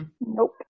Nope